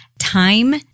Time